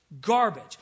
Garbage